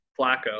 Flacco